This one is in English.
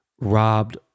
robbed